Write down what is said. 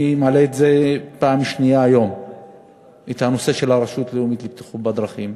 אני מעלה בפעם השנייה היום את הנושא של הרשות הלאומית לבטיחות בדרכים.